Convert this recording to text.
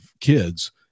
kids